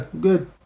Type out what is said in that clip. good